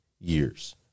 years